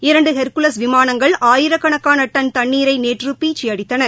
இரண்டு ஹெர்குலஸ் விமானங்கள் ஆயிரக்கணக்கான டன் தண்ணீரை நேற்று பீய்ச்சி அடித்தன